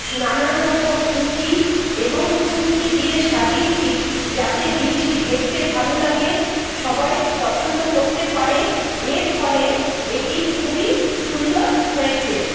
নানান রকম পুঁতি এবং চুমকি দিয়ে সাজিয়েছি যাতে জিনিসটি দেখতে ভালো লাগে সবাই পছন্দ করতে পারে এর ফলে এটি খুবই সুন্দর হয়েছে